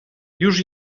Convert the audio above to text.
już